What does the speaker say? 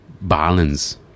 balance